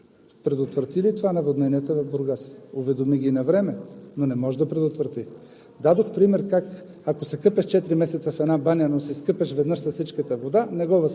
Първи са си я направили, хубава е, работи реално, можете да я видите. Предотврати ли това наводненията в Бургас? Уведоми ги навреме, но не можа да ги предотврати. Дадох пример,